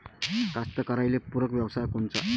कास्तकाराइले पूरक व्यवसाय कोनचा?